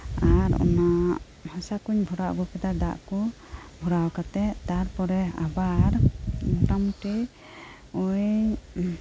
ᱟᱨ ᱚᱱᱟ ᱦᱟᱥᱟᱠᱩᱧ ᱵᱷᱚᱨᱟᱣ ᱟᱹᱜᱩ ᱠᱮᱫᱟ ᱫᱟᱜᱠᱩ ᱵᱷᱚᱨᱟᱣ ᱠᱟᱛᱮᱜ ᱛᱟᱨᱯᱚᱨᱮ ᱟᱵᱟᱨ ᱢᱚᱴᱟ ᱢᱚᱴᱤ ᱳᱭ